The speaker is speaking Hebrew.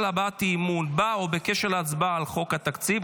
להבעת אי-אמון בה או בקשר להצבעה על חוק התקציב,